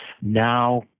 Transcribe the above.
now